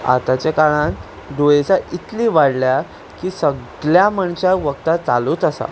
आतांचे काळांत दुयेसां इतलीं वाडल्यां की सगळ्या मनशांक वखदां चालूच आसा